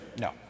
No